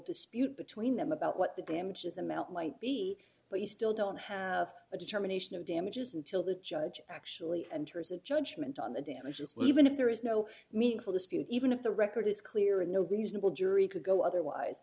dispute between them about what the damages amount might be but you still don't have a determination of damages until the judge actually enters a judgment on the damages will even if there is no meaningful dispute even if the record is clear and no reasonable jury could go otherwise